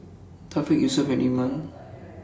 Thaqif Yusuf and Iman